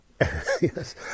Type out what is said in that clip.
Yes